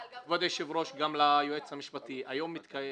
היום,